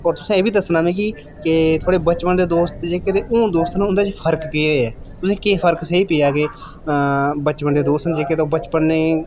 तुसें एह् बी दस्सना मिगी जे बचपन दे दोस्त हून आह्ले दोस्तें च केह् फर्क ऐ फर्क केह् पेआ ऐ बचपन दे दोस्तें च ते हून दे दोस्तें च